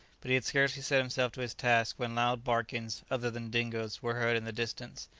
but he had scarcely set himself to his task when loud barkings, other than dingo's, were heard in the distance.